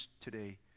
today